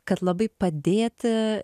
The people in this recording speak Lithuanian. kad labai padėti